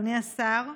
אדוני השר,